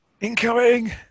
Incoming